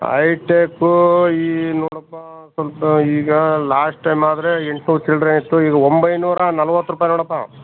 ಐಟೆಕ್ಕೂ ಈ ನೋಡಪ್ಪ ಸ್ವಲ್ಪ ಈಗ ಲಾಸ್ಟ್ ಟೈಮ್ ಆದರೆ ಎಂಟ್ನೂರು ಚಿಲ್ಲರೆ ಇತ್ತು ಈಗ ಒಂಬೈನೂರ ನಲ್ವತ್ತು ರೂಪಾಯಿ ನೋಡಪ್ಪ